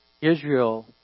Israel